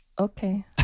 Okay